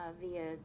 via